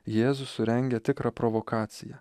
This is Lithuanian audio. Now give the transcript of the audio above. jėzus surengia tikrą provokaciją